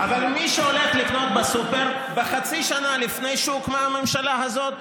אבל מי שהלך לקנות בסופר בחצי השנה לפני שהוקמה הממשלה הזאת,